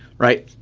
right?